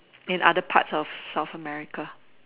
in other parts of South America